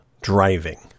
driving